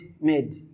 made